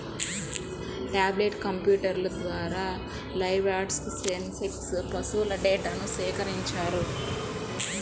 tablet కంప్యూటర్ల ద్వారా livestock census పశువుల డేటాను సేకరించారు